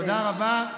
תודה רבה,